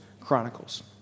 Chronicles